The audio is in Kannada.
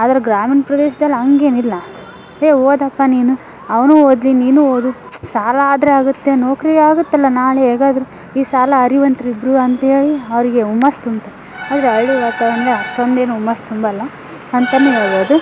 ಆದ್ರೆ ಗ್ರಾಮೀಣ ಪ್ರದೇಶ್ದಲ್ಲಿ ಹಂಗೇನಿಲ್ಲ ಏಯ್ ಓದಪ್ಪ ನೀನು ಅವನೂ ಓದಲಿ ನೀನೂ ಓದು ಸಾಲ ಆದರೆ ಆಗುತ್ತೆ ನೌಕ್ರಿ ಆಗುತ್ತಲ್ವ ನಾಳೆ ಹೇಗಾದ್ರು ಈ ಸಾಲ ಅರಿವಂತ್ರ್ ಇಬ್ಬರು ಅಂತೇಳಿ ಅವರಿಗೆ ಹುಮ್ಮಸ್ ತುಂಬ್ತಾರೆ ಆದರೆ ಹಳ್ಳಿ ವಾತಾವರ್ಣ್ದಾಗೆ ಅಷ್ಟೊಂದೇನು ಹುಮ್ಮಸ್ ತುಂಬೋಲ್ಲ ಅಂತನೇ ಹೇಳ್ಬೋದು